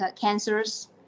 cancers